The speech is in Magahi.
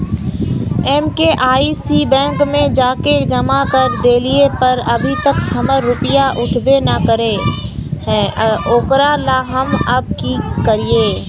हम के.वाई.सी बैंक में जाके जमा कर देलिए पर अभी तक हमर रुपया उठबे न करे है ओकरा ला हम अब की करिए?